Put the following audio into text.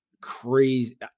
crazy